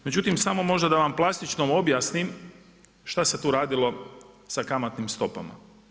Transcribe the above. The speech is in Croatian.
Međutim, samo možda da vam plastično objasnim šta se tu radilo sa kamatnim stopama.